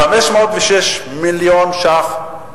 506 מיליון ש"ח,